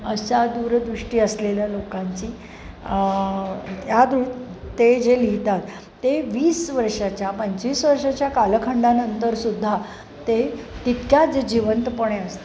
अशा दूरदृष्टी असलेल्या लोकांची या ते जे लिहितात ते वीस वर्षाच्या पंचवीस वर्षाच्या कालखंडानंतरसुद्धा ते तितक्याच जिवंतपणे असतं